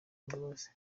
imbabazi